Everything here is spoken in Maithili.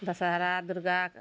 दशहरा दुर्गा